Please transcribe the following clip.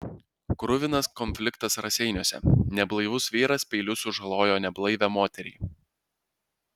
kruvinas konfliktas raseiniuose neblaivus vyras peiliu sužalojo neblaivią moterį